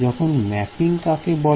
এখন ম্যাপিং কাকে বলে